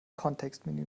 kontextmenü